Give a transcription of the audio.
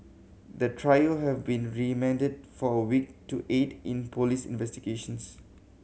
the trio have been remanded for a week to aid in police investigations